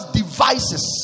devices